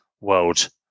world